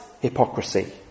hypocrisy